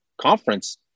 conference